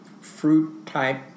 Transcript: fruit-type